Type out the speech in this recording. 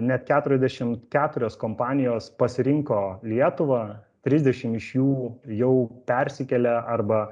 net keturiasdešimt keturios kompanijos pasirinko lietuvą trisdešim iš jų jau persikėlė arba